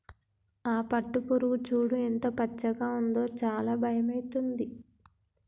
ఆ పట్టుపురుగు చూడు ఎంత పచ్చగా ఉందో చాలా భయమైతుంది